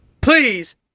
please